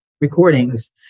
recordings